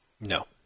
No